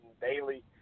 daily